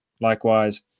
likewise